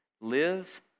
live